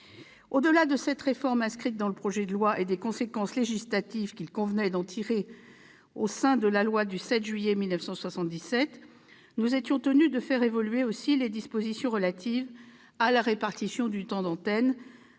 Au-delà de cette réforme inscrite dans le projet de loi et des conséquences législatives qu'il convenait d'en tirer dans la loi du 7 juillet 1977, nous étions tenus de faire évoluer les dispositions relatives à la répartition du temps d'antenne